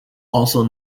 also